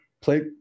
play